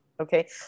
Okay